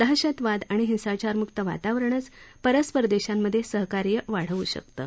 दहशतवाद आणि हिंसाचारम्क्त वातावरणातच परस्पर देशांमधे सहकार्य वाढू शकतं